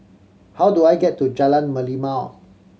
how do I get to Jalan Merlimau